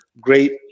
great